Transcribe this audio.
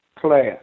class